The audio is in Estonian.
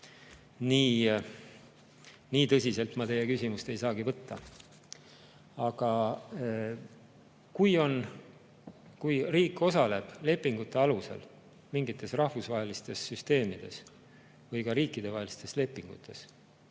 nii tõsiselt ma teie küsimust ei saagi võtta. Aga kui riik osaleb lepingute alusel mingites rahvusvahelistes süsteemides või ka riikidevahelistes lepingutes,